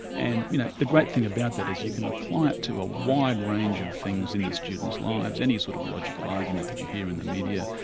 and you know the great thing about that is you can apply it to a wide range of things in the students' lives, any sort of logical argument that you hear in the media,